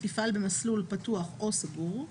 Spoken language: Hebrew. תפעל במסלול פתוח או סגור,